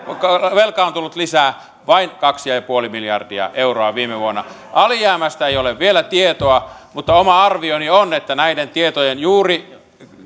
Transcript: velkaa on tullut lisää vain kaksi pilkku viisi miljardia euroa viime vuonna alijäämästä ei ole vielä tietoa mutta oma arvioni on että näiden juuri